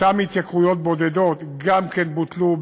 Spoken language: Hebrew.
אותן התייקרויות בודדות גם כן בוטלו,